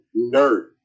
nerd